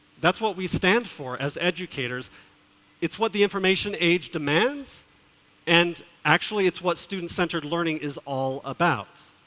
that's what we stand for as educators it's what the information age demands and actually it's what student centered learning is all about.